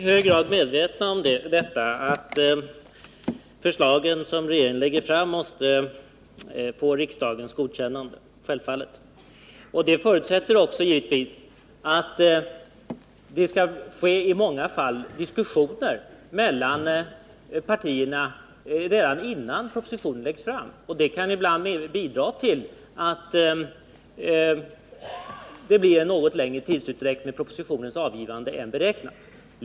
Herr talman! Vi är självfallet i hög grad medvetna om att de förslag regeringen lägger fram måste få anslutning här i riksdagen. Detta förutsätter också i många fall diskussioner mellan partierna redan innan propositionen läggs fram. Det kan ibland bidra till att det blir en något längre tidsutdräkt med propositionernas avgivande än beräknat.